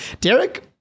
Derek